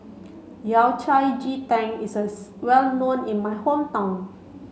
Yao Cai Ji Tang is a well known in my hometown